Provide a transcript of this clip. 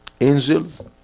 angels